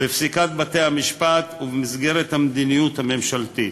בפסיקת בתי-המשפט ובמסגרת המדיניות הממשלתית.